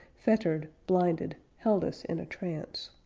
fettered blinded held us in a trance.